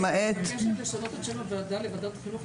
אני מבקשת לשנות את שם הוועדה לוועדת החינוך,